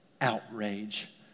outrage